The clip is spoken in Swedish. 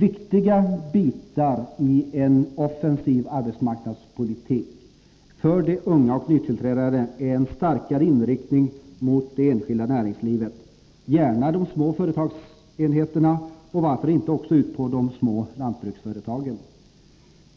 Viktiga bitar i en offensiv arbesmarknadspolitik för de unga och nytillträdande är en starkare inriktning mot det enskilda näringslivet, gärna mot de små företagsenheterna och varför inte också ut mot de små lantbruksföretagen.